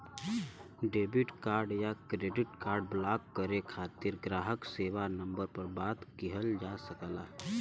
debit card या credit card block करे खातिर ग्राहक सेवा नंबर पर बात किहल जा सकला